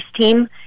team